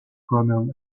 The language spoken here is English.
chromium